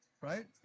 Right